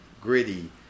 gritty